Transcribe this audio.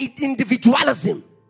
individualism